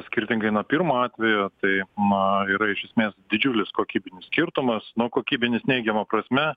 skirtingai nuo pirmo atvejo tai na yra iš esmės didžiulis kokybinis skirtumas nu kokybinis neigiama prasme